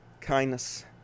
kindness